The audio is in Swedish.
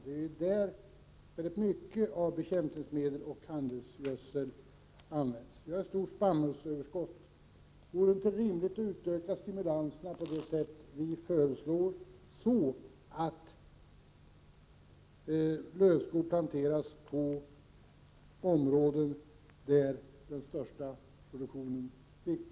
Det är ju i detta sammanhang som en stor del av bekämpningsmedlen och handelsgödseln används. Vi har ett stort spannmålsöverskott. Mot denna bakgrund vore det väl rimligt att utöka stimulanserna på det sätt som vi föreslår, så att lövskog planteras på de områden där den största delen av överproduktionen sker.